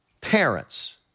parents